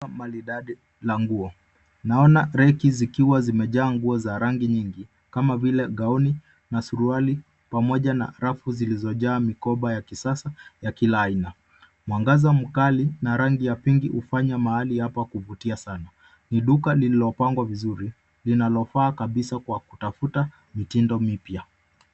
Maridadi la nguo, naona reki zikiwa zimejaa nguo za rangi nyingi kama vile gaoni na suruali pamoja na rafu zilizo jaa mikoba ya kisasa yakila aina. Mwangaza mkali na rangi ya pinki hufanya mahali hapa kuvutia sana. Ni duka lililopangwa vizuri linalofaa kabisa kwa kutafuta mitindo mipya